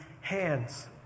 hands